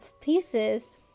pieces